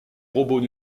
robots